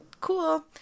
cool